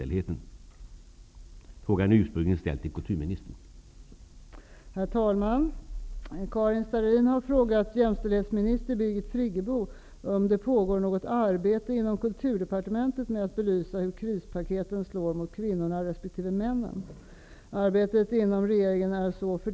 Pågår det något arbete i departementet med att belysa hur krispaketen slår mot kvinnorna resp. männen?